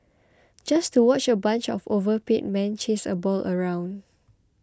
just to watch a bunch of overpaid men chase a ball around